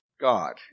God